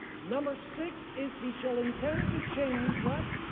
number six is, he shall intend to change. what?